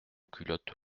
culotte